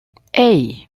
hey